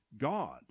God